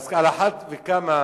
עיזה עיוורת.